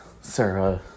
...Sarah